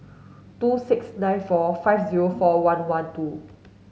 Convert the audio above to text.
two six nine four five zero four one one two